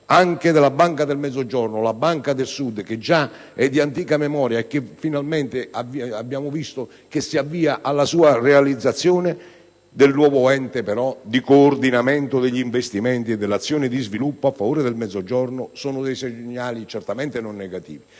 anche della Banca del Mezzogiorno (la Banca del Sud), che è di antica memoria e che finalmente abbiamo visto avviarsi alla sua realizzazione, nonché del nuovo ente di coordinamento degli investimenti e delle azioni di sviluppo a favore del Mezzogiorno. Si tratta di segnali certamente non negativi,